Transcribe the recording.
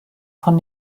von